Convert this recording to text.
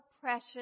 precious